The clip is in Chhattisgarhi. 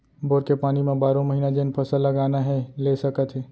बोर के पानी म बारो महिना जेन फसल लगाना हे ले सकत हे